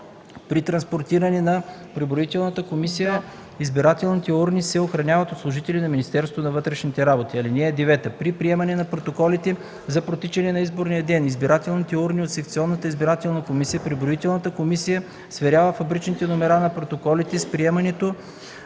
При транспортиране до преброителната комисия избирателните урни се охраняват от служители на Министерството на вътрешните работи. (9) При приемане на протоколите за протичане на изборния ден и избирателните урни от секционната избирателна комисия преброителната комисия сверява фабричните номера на протоколите с номерата